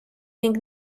ning